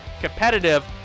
competitive